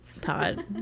pod